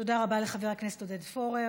תודה רבה לחבר הכנסת עודד פורר.